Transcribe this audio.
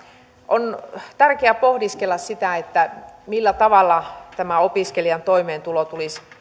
on tärkeää pohdiskella millä tavalla tämä opiskelijan toimeentulo tulisi